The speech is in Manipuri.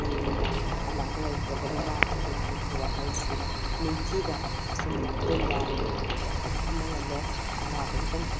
ꯄꯨꯛꯅꯤꯡꯗ ꯑꯅꯥꯕ ꯂꯩꯔꯛꯇꯕꯅꯤꯅ ꯑꯩꯈꯣꯏ ꯄꯨꯛꯅꯤꯡ ꯋꯥꯈꯜꯁꯤ ꯅꯤꯡꯊꯤꯅ ꯑꯆꯨꯝꯕ ꯂꯝꯕꯦꯜꯗ ꯑꯐꯕ ꯋꯥꯈꯜ ꯈꯟꯕ ꯉꯝꯃꯦ ꯑꯅꯥꯕꯒꯤꯗꯃꯛ